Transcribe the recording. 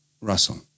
Russell